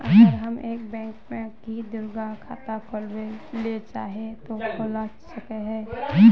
अगर हम एक बैंक में ही दुगो खाता खोलबे ले चाहे है ते खोला सके हिये?